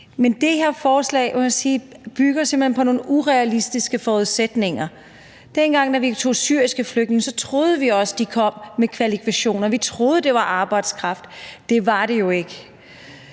Men det her forslag bygger simpelt hen på nogle urealistiske forudsætninger. Dengang vi tog imod syriske flygtninge, troede vi også, at de kom med kvalifikationer, og vi troede, det var arbejdskraft. Det var det jo ikke.